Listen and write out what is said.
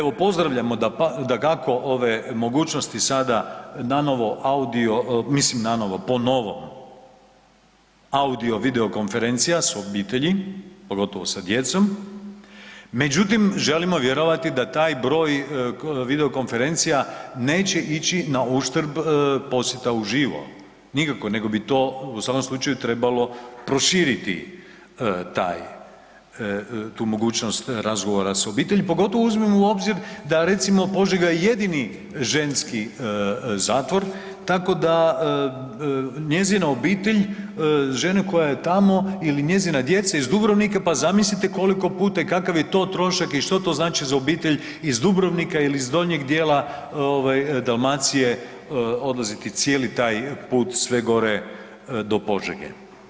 Evo pozdravljamo dakako ove mogućnosti sada nanovo audio, mislim nanovo, po novom, audio vidio konferencija s obitelji, pogotovo sa djecom, međutim želimo vjerovati da taj broj video konferencija neće ići na uštrb posjeta u živo, nikako, nego bi to u svakom slučaju trebalo proširiti taj, tu mogućnost razgovora s obitelji, pogotovo uzmimo u obzir da recimo Požega je jedini ženski zatvor tako da njezina obitelj, žene koja je tamo ili njezina djeca iz Dubrovnika, pa zamislite koliko puta i kakav je to trošak i što to znači za obitelj iz Dubrovnika ili iz donjeg dijela ovaj Dalmacije odlaziti cijeli taj put sve gore do Požege.